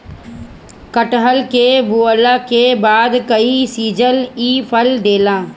कटहल के बोअला के बाद कई सीजन इ फल देला